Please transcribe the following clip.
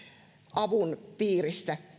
avun piirissä